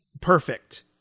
perfect